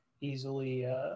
easily